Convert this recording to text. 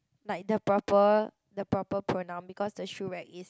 like the proper the proper pronoun because the shoe rack is